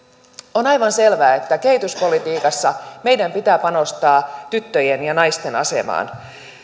on aivan selvää että kehityspolitiikassa meidän pitää panostaa tyttöjen ja naisten asemaan